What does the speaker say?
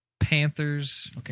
Panthers